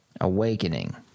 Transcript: Awakening